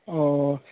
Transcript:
اوہ